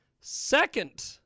Second